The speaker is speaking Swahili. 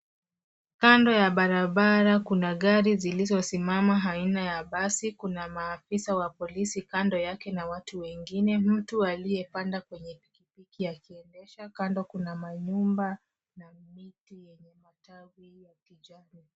Kando ya barabara kuna gari zilizosimama aina ya basi. Kuna maafisa wa polisi kando yake na watu wengine. Mtu aliyepanda kwenye pikipiki akiendesha. Kando kuna manyumba na miti yenye matawi ya kijani.